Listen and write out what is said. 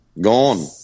Gone